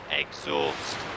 exhaust